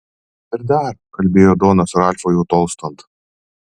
ir dar kalbėjo donas ralfui jau tolstant